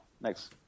Next